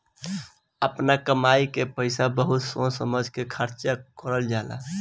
आपना कमाई के पईसा बहुत सोच समझ के खर्चा करल जाला